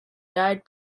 died